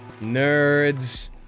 nerds